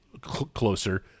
closer